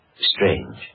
strange